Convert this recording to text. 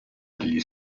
degli